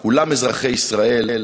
כולם אזרחי ישראל,